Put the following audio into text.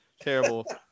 terrible